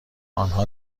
آنها